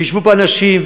ויֵשבו פה אנשים,